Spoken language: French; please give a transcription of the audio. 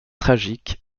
tragiques